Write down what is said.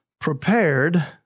prepared